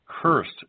Cursed